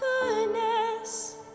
Goodness